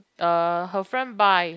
uh her friend buy